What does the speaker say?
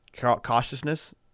cautiousness